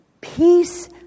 Peace